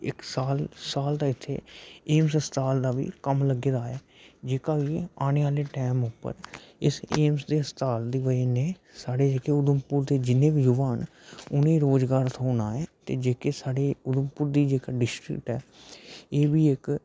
इक साल साल दा इत्थै एमस अस्पताल दा बी कम्म लग्गे दा ऐ जेह्का की आने आह्ले टैम उप्पर इस एमस दे अस्पताल दी बजह् कन्ने साढ़े जेह्के उधमपुर देे जिन्ने बी युवा न उने रुजगार थ्होंना ऐ ते जेह्के साढ़े उधमपुर दे जेह्का डिस्ट्रिक्ट ऐ एह् बी इक